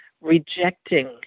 rejecting